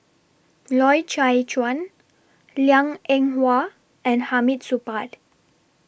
Loy Chye Chuan Liang Eng Hwa and Hamid Supaat